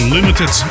Limited